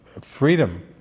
freedom